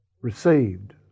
received